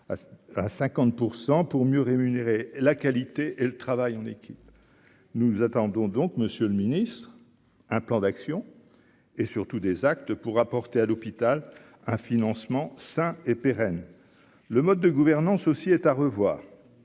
à 50 %% pour mieux rémunérer la qualité et le travail en équipe, nous nous attendons donc Monsieur le Ministre, un plan d'action et surtout des actes pour apporter à l'hôpital un financement sain et pérenne, le mode de gouvernance aussi est à revoir,